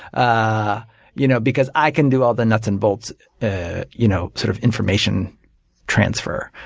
ah you know because i can do all the nuts and bolts you know sort of information transfer.